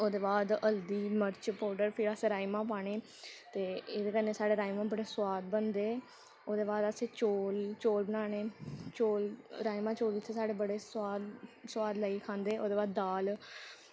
ओह्दे बाद हल्दी मर्च पोडर फ्ही असें राजमांह् पाने ते एह्दे कन्नै साढ़े राजमांह् बड़े सोआद बनदे ओह्दे बाद असें चौल बनाने राजमांह् चौल इत्थै साढ़े बड़े सोआद लाइयै खंदे ओह्दे बाद दाल